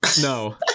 No